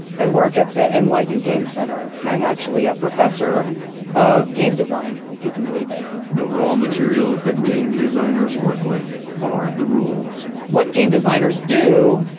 i work at the n y u. game center. and i'm actually a professor of game design if you can believe that the raw materials that game designers work with are the rules. what game designers do,